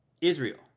Israel